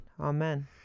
Amen